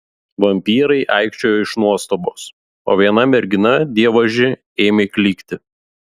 vampyrai aikčiojo iš nuostabos o viena mergina dievaži ėmė klykti